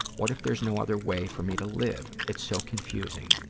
what if there's no other way for me to live? it's so confusing.